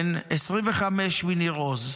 בן 25 מניר עוז,